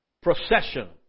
procession